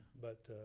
but